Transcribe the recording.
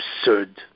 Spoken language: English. absurd